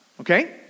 Okay